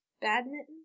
Badminton